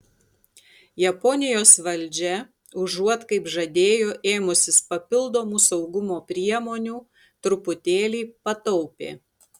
japonijos valdžia užuot kaip žadėjo ėmusis papildomų saugumo priemonių truputėlį pataupė